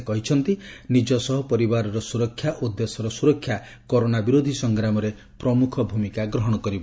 ସେ କହିଛନ୍ତି ନିଜ ସହ ପରିବାରର ସୁରକ୍ଷା ଓ ଦେଶର ସୁରକ୍ଷା କରୋନା ବିରୋଧୀ ସଂଗ୍ରାମରେ ପ୍ରମୁଖ ଭୂମିକା ଗ୍ରହଣ କରିବ